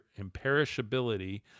imperishability